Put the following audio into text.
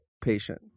patient